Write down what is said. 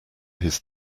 his